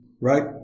right